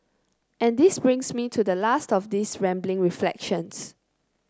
and this brings me to the last of these rambling reflections